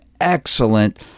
excellent